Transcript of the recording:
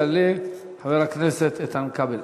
יעלה חבר הכנסת איתן כבל.